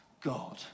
God